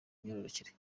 myororokere